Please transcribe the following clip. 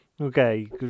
Okay